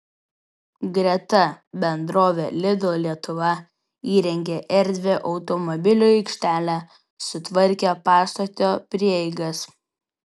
greta bendrovė lidl lietuva įrengė erdvią automobilių aikštelę sutvarkė pastato prieigas